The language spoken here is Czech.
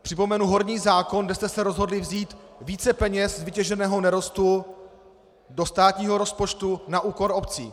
Připomenu horní zákon, kde jste se rozhodli vzít více peněz z vytěženého nerostu do státního rozpočtu na úkor obcí.